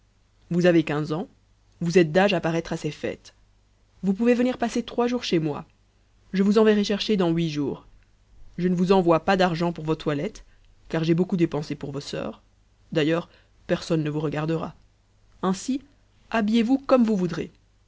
vous avez quinze ans vous êtes d'âge à paraître à ces fêtes vous pouvez venir passer trois jours chez moi je vous enverrai chercher dans huit jours je ne vous envoie pas d'argent pour vos toilettes car j'ai beaucoup dépensé pour vos soeurs d'ailleurs personne ne vous regardera ainsi habillez-vous comme vous voudrez